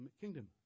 kingdom